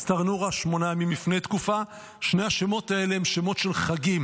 סטרנורא שמונה ימים לפני תקופה" שני השמות האלה הם שמות של חגים